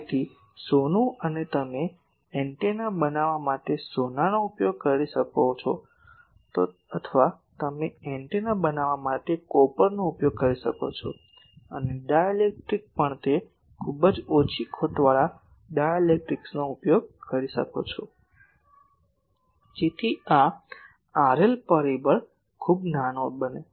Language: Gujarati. તેથી સોનું અને તમે એન્ટેના બનાવવા માટે સોનાનો ઉપયોગ કરી શકો છો અથવા તમે એન્ટેના બનાવવા માટે કોપરનો ઉપયોગ કરી શકો છો અને ડાઇલેક્ટ્રિક પણ તે ખૂબ જ ઓછી ખોટવાળા ડાઇલેક્ટ્રિક્સનો ઉપયોગ કરવામાં આવે છે જેથી આ RL પરિબળ ખૂબ નાનો છે